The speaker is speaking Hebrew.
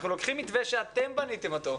אנחנו לוקחים מתווה שאתם בניתם אותו,